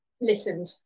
listened